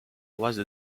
paroisse